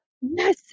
Yes